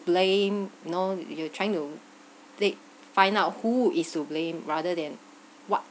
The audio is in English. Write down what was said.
blame you know you you trying to ti~ find out who is to blame rather than what